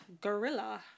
Gorilla